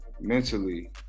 mentally